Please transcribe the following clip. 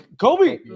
Kobe